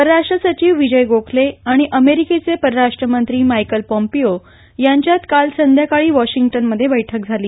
परराष्ट्र सचिव विजय गोखले आणि अमेरिकेचे परराष्ट मंत्री मायकल पोम्पियो यांच्यात काल संध्याकाळी वाशिंग्टनमध्ये बैठक झाली